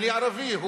אני ערבי,